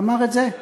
אמר את זה,